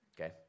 okay